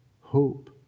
Hope